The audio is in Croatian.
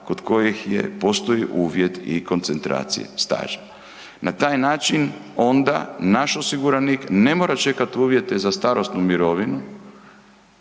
kod kojih postoji uvjet i koncentracije staža. Na taj način onda naš osiguranik ne mora čekati uvjete za starosnu mirovinu